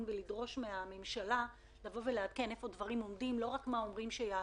ולדרוש מהממשלה לבוא לעדכן איפה הדברים עומדים ולא רק מה אומרים שיעשו.